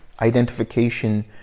identification